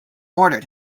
order